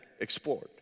explored